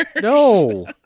no